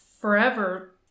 forever